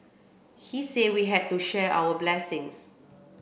he say we had to share our blessings